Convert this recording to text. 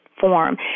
form